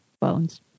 Bones